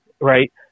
right